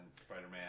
Spider-Man